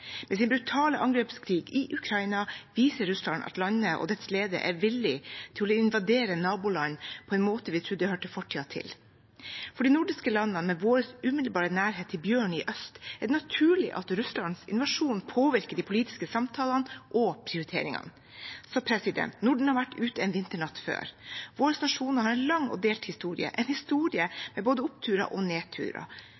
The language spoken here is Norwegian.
Med sin brutale angrepskrig i Ukraina viser Russland at landet og dets ledere er villig til å invadere naboland på en måte vi trodde hørte fortiden til. For de nordiske landene, med vår umiddelbare nærhet til bjørnen i øst, er det naturlig at Russlands invasjon påvirker de politiske samtalene og prioriteringene. Norden har vært ute en vinternatt før. Våre nasjoner har en lang og delt historie, en historie